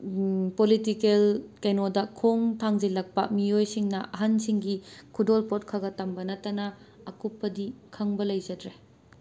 political ꯀꯩꯅꯣꯗ ꯈꯣꯡ ꯊꯥꯡꯖꯤꯜꯂꯛꯄ ꯃꯤꯑꯣꯏꯁꯤꯡꯅ ꯑꯍꯟꯁꯤꯡꯒꯤ ꯈꯨꯗꯣꯜꯄꯣꯠ ꯈꯔ ꯈꯔ ꯇꯝꯕ ꯅꯠꯇꯅ ꯑꯀꯨꯞꯄꯗꯤ ꯈꯪꯕ ꯂꯩꯖꯗ꯭ꯔꯦ